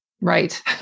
Right